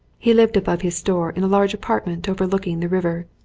he lived above his store in a large apartment overlooking the river.